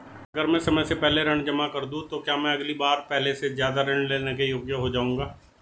अगर मैं समय से पहले ऋण जमा कर दूं तो क्या मैं अगली बार पहले से ज़्यादा ऋण लेने के योग्य हो जाऊँगा?